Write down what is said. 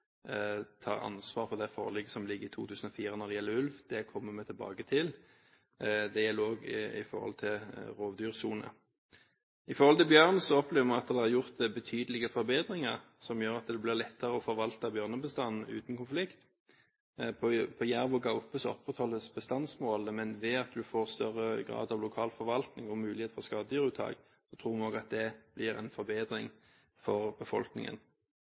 tar ansvar for forliket i 2004 når det gjelder ulv. Det kommer vi tilbake til. Det gjelder også rovdyrsone. Når det gjelder bjørn, opplever vi at det er gjort betydelige forbedringer, som gjør at det blir lettere å forvalte bjørnebestanden uten konflikt. For jerv og gaupe opprettholdes bestandsmålene, men ved at man får større grad av lokal forvaltning og mulighet for skadedyruttak, tror jeg nok at det blir en forbedring for befolkningen.